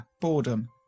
boredom